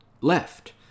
left